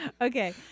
Okay